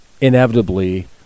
inevitably